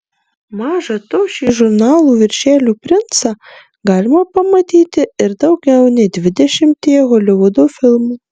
maža to šį žurnalų viršelių princą galima pamatyti ir daugiau nei dvidešimtyje holivudo filmų